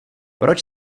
proč